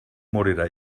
morera